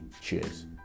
Cheers